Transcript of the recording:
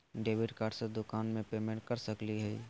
Debit card से दुकान में पेमेंट कर सकली हई?